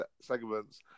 segments